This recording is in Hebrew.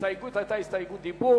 ההסתייגות היתה הסתייגות דיבור